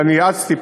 ואני האצתי,